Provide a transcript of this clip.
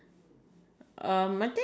if happiness